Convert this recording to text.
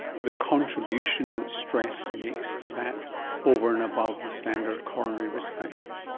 the contribution that stress makes to that over and above the standard coronary risk factors?